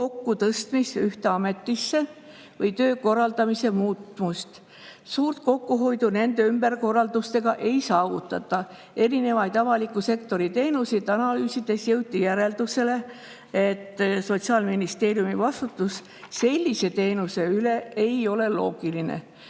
kokkutõstmist ühte ametisse või töö korraldamise muutmist. Suurt kokkuhoidu nende ümberkorraldustega ei saavutata. Erinevaid avaliku sektori teenuseid analüüsides jõuti järeldusele, et Sotsiaalministeeriumi vastutus sellise teenuse üle ei ole loogiline.